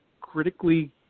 critically